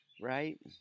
right